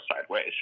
sideways